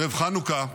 ערב חנוכה,